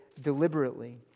Deliberately